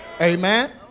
amen